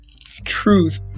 truth